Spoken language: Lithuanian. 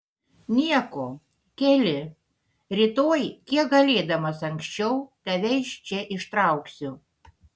nieko keli rytoj kiek galėdamas anksčiau tave iš čia ištrauksiu